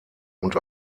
und